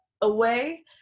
away